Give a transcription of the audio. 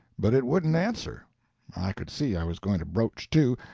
but it wouldn't answer i could see i was going to broach to,